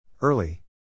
Early